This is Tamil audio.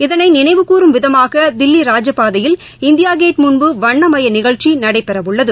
இதனை நினைவுகூறும் விதமாக தில்லி ராஜபாதையில் இந்தியா கேட் முன்பு வண்ணமய நிகழ்ச்சி நடைபெறவுள்ளது